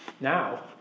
Now